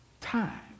time